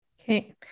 Okay